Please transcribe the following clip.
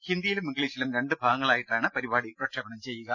ഹിന്ദിയിലും ഇംഗ്ലീഷിലും രണ്ട് ഭാഗങ്ങളായാണ് പരിപാടി പ്രക്ഷേപണം ചെയ്യുക